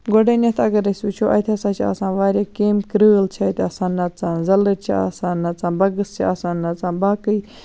گۄڈٕنیٚتھ اَگَر أسۍ وٕچھو اَتہِ ہَسا چھِ آسان واریاہ کیٚم کۭرل چھِ اَتہِ آسان نَژان زَلِر چھِ آسان نَژان بَگٕس چھِ آسان نَژان باقٕے